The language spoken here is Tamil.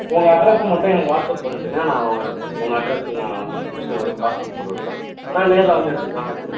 உங்கள் அட்ரஸ் மட்டும் எனக்கு வாட்ஸப் பண்ணிவிடுங்க நான் உங்கள் உங்கள் அட்ரஸுக்கு நான் வந்து புக்ஸை பார்சல் போட்டு விட்டுறேன் ஆ நேரில் வந்து எடுத்துக்கிட்டாலும் எடுத்துக்கோங்க